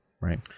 right